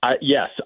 Yes